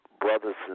brothers